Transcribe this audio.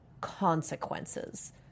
consequences